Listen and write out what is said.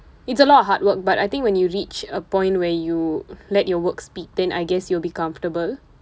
it's a lot of hard work but I think when you reach a point where you let your work speak then I guess you'll be comfortable